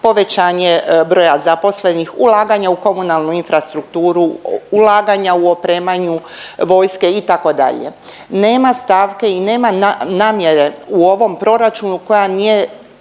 povećanje broja zaposlenih, ulaganja u komunalnu infrastrukturu, ulaganja u opremanju vojske itd., nema stavke i nema namjere u ovom proračunu koja nije,